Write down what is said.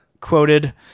quoted